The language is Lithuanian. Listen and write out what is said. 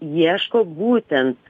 ieško būtent